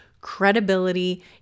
credibility